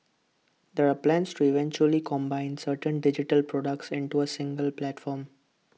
there are plans to eventually combine certain digital products into A single platform